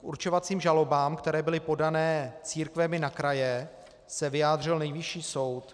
K určovacím žalobám, které byly podané církvemi na kraje, se vyjádřil Nejvyšší soud.